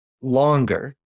longer